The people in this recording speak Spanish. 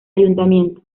ayuntamiento